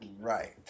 Right